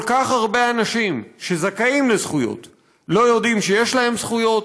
כל כך הרבה אנשים שזכאים לזכויות לא יודעים שיש להם זכויות,